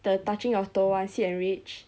the touching your toe [one] sit and reach